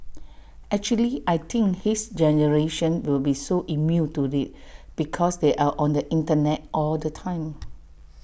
actually I think his generation will be so immune to IT because they're on the Internet all the time